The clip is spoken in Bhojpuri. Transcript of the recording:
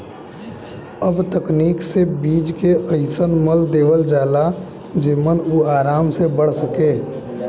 अब तकनीक से बीज के अइसन मल देवल जाला जेमन उ आराम से बढ़ सके